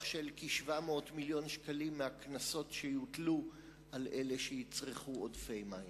של כ-700 מיליון שקלים מהקנסות שיוטלו על אלה שיצרכו עודפי מים.